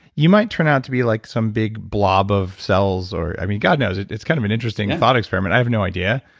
you might turn out to be like some big blob of cells. i mean god knows. it's kind of an interesting thought experiment. i have no idea.